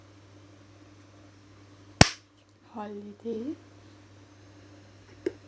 holiday